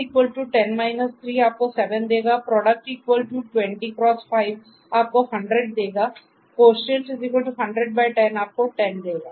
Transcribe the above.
difference10 3 आपको 7 देगा product 20 x 5 आपको 100 देगा quotient10010 आपको 100 देगा